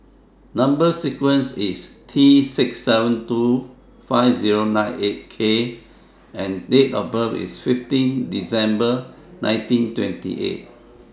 Number sequence IS T six seven two five Zero nine eight K and Date of birth IS fifteen December nineteen twenty eight